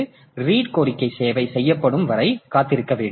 எனவே ரீட் கோரிக்கை சேவை செய்யப்படும் வரை காத்திருக்க வேண்டும்